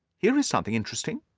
here is something interesting!